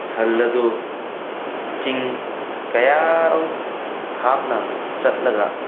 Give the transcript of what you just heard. ꯁꯟ ꯑꯗꯨ ꯆꯤꯡ ꯀꯌꯥꯔꯣꯝ ꯊꯥꯞꯅ ꯆꯠꯂꯒ